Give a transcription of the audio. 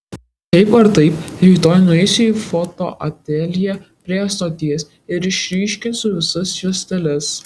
šiaip ar taip rytoj nueisiu į fotoateljė prie stoties ir išryškinsiu visas juosteles